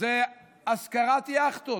השכרת יאכטות.